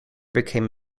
became